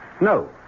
No